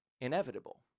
inevitable